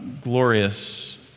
glorious